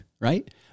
right